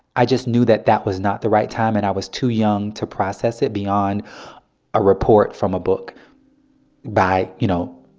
i just knew that that was not the right time, and i was too young to process it beyond a report from a book by, you know,